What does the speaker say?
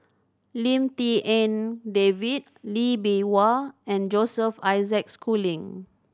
Lim Tik En David Lee Bee Wah and Joseph Isaac Schooling